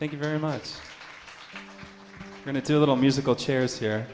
thank you very much going to do a little musical chairs here